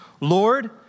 Lord